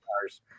cars